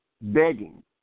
begging